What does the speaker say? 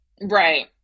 Right